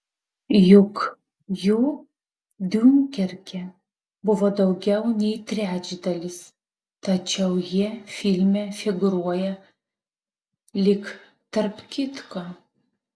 juk jų diunkerke buvo daugiau nei trečdalis tačiau jie filme figūruoja lyg tarp kitko